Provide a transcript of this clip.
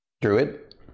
Druid